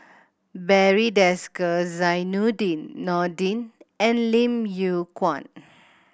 Barry Desker Zainudin Nordin and Lim Yew Kuan